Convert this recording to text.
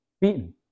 beaten